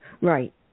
right